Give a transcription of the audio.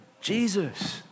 Jesus